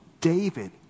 David